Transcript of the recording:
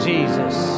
Jesus